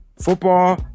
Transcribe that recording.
football